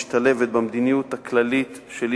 ההצעה הזאת משתלבת במדיניות הכללית שלי,